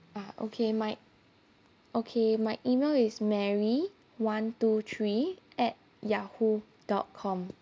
ah okay my okay my email is mary one two three at Yahoo dot com